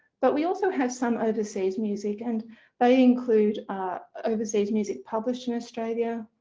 but we also have some overseas music and they include overseas music published in australia,